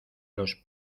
los